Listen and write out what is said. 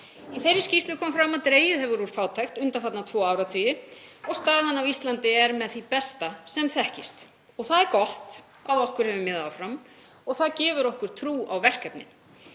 Í þeirri skýrslu kom fram að dregið hefur úr fátækt undanfarna tvo áratugi og staðan á Íslandi er með því besta sem þekkist. Það er gott að okkur hefur miðað áfram og það gefur okkur trú á verkefnin.